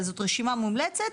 שזו רשימה מומלצת,